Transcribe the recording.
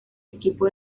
equipo